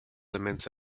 lament